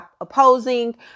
opposing